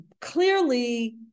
clearly